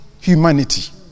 humanity